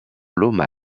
low